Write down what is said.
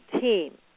team